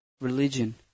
religion